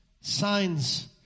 Signs